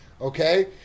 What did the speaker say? okay